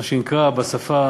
מה שנקרא בשפה